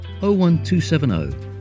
01270